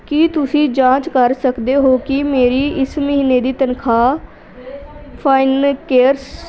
ਕੀ ਤੁਸੀਂਂ ਜਾਂਚ ਕਰ ਸਕਦੇ ਹੋ ਕਿ ਮੇਰੀ ਇਸ ਮਹੀਨੇ ਦੀ ਤਨਖਾਹ ਫਿਨਕੇਅਰ